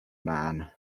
man